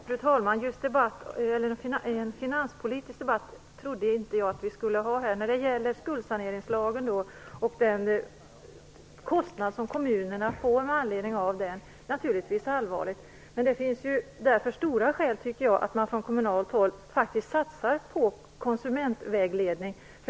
Fru talman! En finanspolitisk debatt trodde jag inte att vi skulle föra här. Den kostnad som kommunerna får med anledning av skuldsaneringslagen är naturligtvis en allvarlig sak. Det finns därför tunga skäl, tycker jag, för att man från kommunalt håll skall satsa på konsumentvägledning.